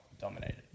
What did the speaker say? dominated